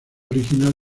original